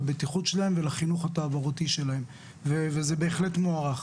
לבטיחות שלהם ולחינוך התעבורתי שלהם וזה בהחלט מוערך.